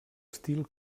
estil